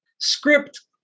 Script